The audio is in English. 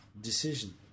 decision